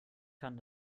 kann